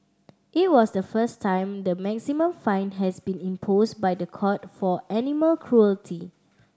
it was the first time the maximum fine has been imposed by the court for animal cruelty